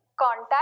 contact